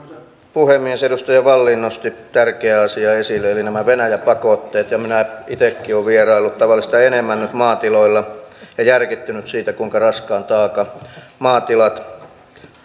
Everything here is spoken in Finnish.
puhemies edustaja wallin nosti tärkeän asian esille eli nämä venäjä pakotteet ja minä itsekin olen vieraillut tavallista enemmän nyt maatiloilla ja järkyttynyt siitä kuinka raskaan taakan maatilat